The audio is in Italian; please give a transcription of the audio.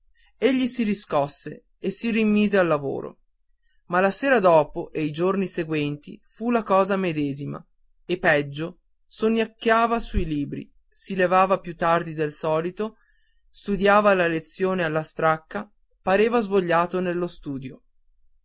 egli si riscosse e si rimise al lavoro ma la sera dopo e i giorni seguenti fu la cosa medesima e peggio sonnecchiava sui libri si levava più tardi del solito studiava la lezione alla stracca pareva svogliato dello studio